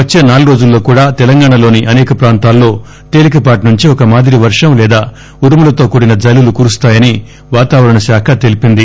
వచ్చే నాలుగు రోజుల్లో కూడా తెలంగాణలోని అనేక ప్రాంతాల్లో తేలికపాటి నుంచి ఒక మాదిరి వర్గం లేదా ఉరుములతో కూడిన జల్లులు కురుస్తాయని వాతావరణ శాఖ తెలిపింది